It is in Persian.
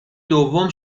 دوم